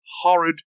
horrid